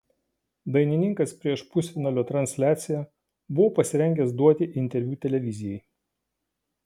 dainininkas prieš pusfinalio transliaciją buvo pasirengęs duoti interviu televizijai